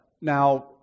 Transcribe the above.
Now